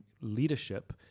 Leadership